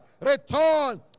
return